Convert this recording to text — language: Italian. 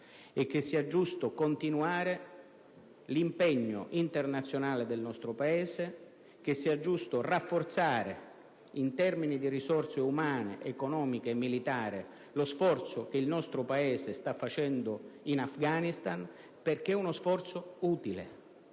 che sia giusto stare lì, continuando l'impegno internazionale del nostro Paese e rafforzando in termini di risorse umane, economiche e militari lo sforzo che il nostro Paese sta facendo in Afghanistan, perché è uno sforzo utile.